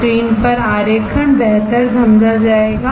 screen पर आरेखण बेहतर समझा जाएगा